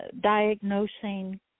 diagnosing